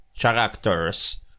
characters